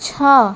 ଛଅ